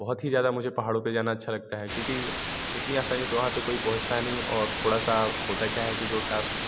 बहुत ही ज़्यादा मुझे पहाड़ों पे जाना अच्छा लगता है क्योंकि इतनी आसानी से वहाँ पे कोई पहुँचता नहीं और थोड़ा सा होता क्या है कि जो टास्क